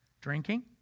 drinking